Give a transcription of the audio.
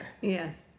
Yes